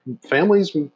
families